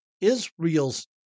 Israel's